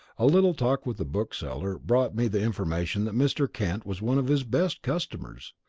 a little talk with the bookseller brought me the information that mr. kent was one of his best customers,